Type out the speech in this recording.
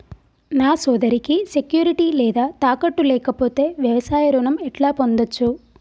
నా సోదరికి సెక్యూరిటీ లేదా తాకట్టు లేకపోతే వ్యవసాయ రుణం ఎట్లా పొందచ్చు?